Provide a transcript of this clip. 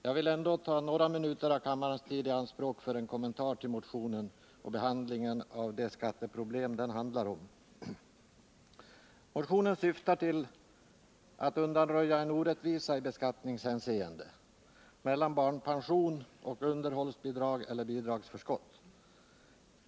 Jag vill ändå ta några minuter av kammarens tid i anspråk för en kommentar till motionen och behandlingen av det skatteproblem den handlar om. Motionen syftar till att undanröja en orättvisa i beskattningshänseende mellan barnpension och underhållsbidrag eller bidragsförskott.